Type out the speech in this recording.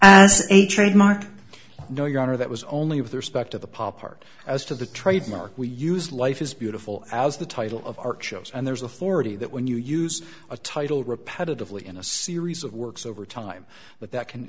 trademark no your honor that was only with respect to the pop art as to the trademark we use life is beautiful as the title of art shows and there's authority that when you use a title repetitively in a series of works over time but that can